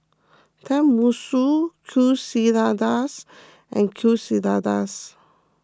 Tenmusu Quesadillas and Quesadillas